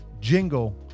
jingle